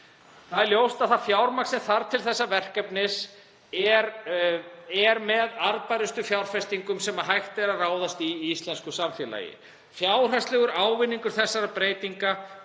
Það er ljóst að það fjármagn sem þarf til þessa verkefnis er með arðbærustu fjárfestingum sem hægt er að ráðast í í íslensku samfélagi. Fjárhagslegur ávinningur þessara breytinga